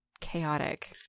chaotic